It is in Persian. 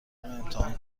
امتحان